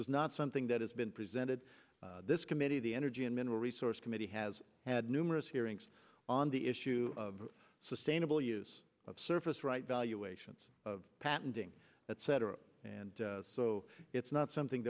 is not something that has been presented this committee the energy and mineral resource committee has had numerous hearings on the issue of sustainable use of surface right valuations of patenting that cetera and so it's not something